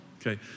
okay